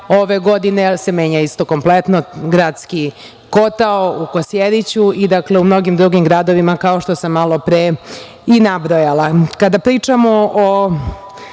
ove godine jer se menja isto kompletno gradski kotao u Kosjeriću i u mnogim drugim gradovima, kao što sam malopre i nabrojala. Kada